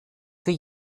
für